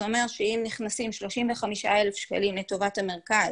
זה אומר שאם נכנסים 35,000 שקלים לטובת המרכז